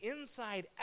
inside